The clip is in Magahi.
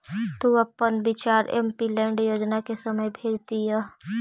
तु अपन विचार एमपीलैड योजना के समय भेज दियह